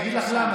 אני אגיד לך למה.